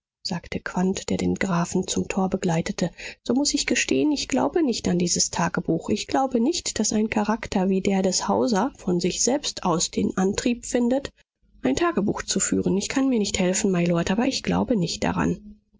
sagte quandt der den grafen zum tor begleitete so muß ich gestehen ich glaube nicht an dieses tagebuch ich glaube nicht daß ein charakter wie der des hauser von sich selbst aus den antrieb findet ein tagebuch zu führen ich kann mir nicht helfen mylord aber ich glaube nicht daran